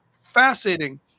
fascinating